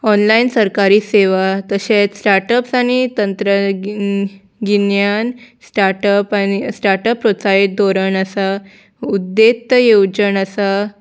online सरकारी सेवा तशेंच स्टाटअप्स आनी तंत्रगिन्यान स्टाटअप आनी स्टाटअप प्रोत्साहीत धोरण आसा उद्देत्त येवजण आसा